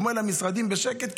אומר למשרדים בשקט,